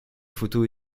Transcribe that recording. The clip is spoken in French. photos